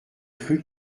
cru